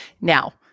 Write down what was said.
Now